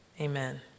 amen